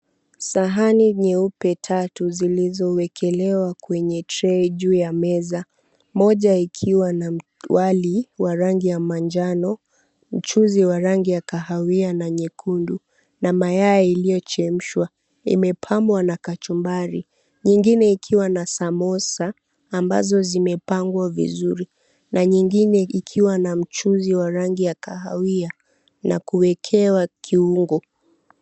Sahani nyeupe tatu zilizowekelewa kwenye trei juu ya meza, moja ikiwa na wali wa rangi ya manjano, mchuzi wa rangi ya kahawia na nyekundu na mayai iliyochemshwa. Imepambwa na kachumbari. Nyingine ikiwa na samosa ambazo zimepangwa vizuri na nyingine ikiwa na mchuzi wa rangi ya kahawia na kuwekewa kiungo.